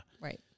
right